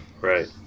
Right